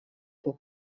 pour